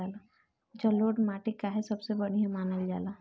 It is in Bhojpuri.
जलोड़ माटी काहे सबसे बढ़िया मानल जाला?